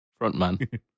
frontman